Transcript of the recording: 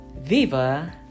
Viva